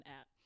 app